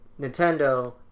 Nintendo